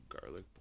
Garlic